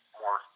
more